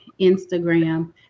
Instagram